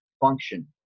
function